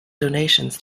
donations